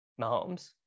Mahomes